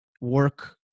work